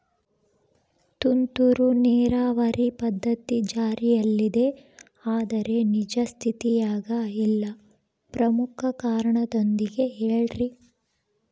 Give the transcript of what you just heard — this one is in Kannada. ತುಂತುರು ನೇರಾವರಿ ಪದ್ಧತಿ ಜಾರಿಯಲ್ಲಿದೆ ಆದರೆ ನಿಜ ಸ್ಥಿತಿಯಾಗ ಇಲ್ಲ ಪ್ರಮುಖ ಕಾರಣದೊಂದಿಗೆ ಹೇಳ್ರಿ?